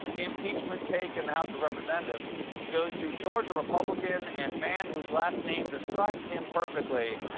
impeachment take in the house of representatives goes to georgia republican and man whose last name describes him perfectly,